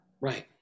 right